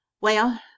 Well